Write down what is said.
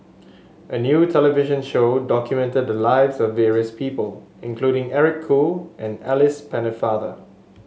a new television show documented the lives of various people including Eric Khoo and Alice Pennefather